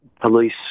police